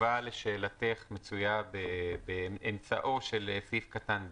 התשובה לשאלתך מצויה באמצעו של סעיף קטן (ב)